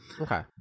Okay